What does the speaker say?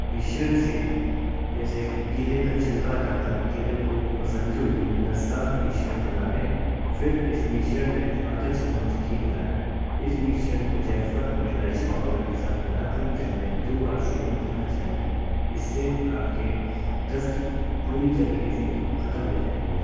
मिश्रण से जैसे कि केले का छिलका हटा कर केले को मसलते हुए लसदार मिश्रण बना ले फिर इस मिश्रण में आधा चम्मच घी मिलाए इस मिश्रण को जायफ़ल और इलाईची पाउडर के साथ मिला कर दिन में दो वार सेवन करना चाहिए इससे आपके दस्त पूरी तरीक़े से ख़त्म हो जाएंगे